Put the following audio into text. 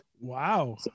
Wow